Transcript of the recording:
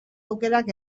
aukerak